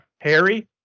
Harry